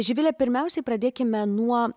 živile pirmiausiai pradėkime nuo